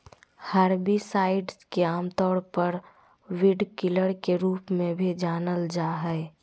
herbicides के आमतौर पर वीडकिलर के रूप में भी जानल जा हइ